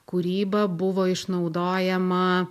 kūryba buvo išnaudojama